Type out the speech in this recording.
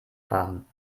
fahren